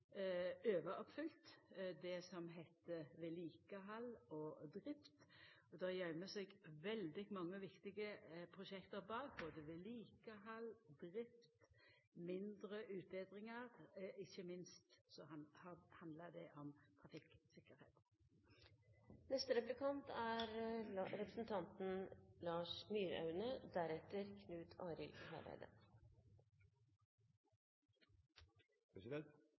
overoppfylt det som heiter vedlikehald og drift, der det gøymer seg veldig mange viktige prosjekt bak, både vedlikehald, drift og mindre utbetringar, og ikkje minst handlar det om trafikktryggleik. Statsråden sa i sitt innlegg at hun er